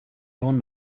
own